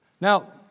Now